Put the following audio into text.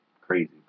crazy